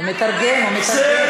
הוא מתרגם, הוא מתרגם.